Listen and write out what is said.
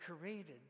created